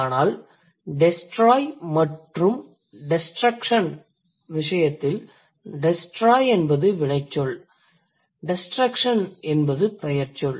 ஆனால் destroy மற்றும் destruction விசயத்தில் destroy என்பது வினைச்சொல் destruction என்பது பெயர்ச்சொல்